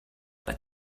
but